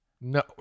No